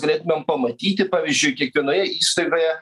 galėtumėm pamatyti pavyzdžiui kiekvienoje įstaigoje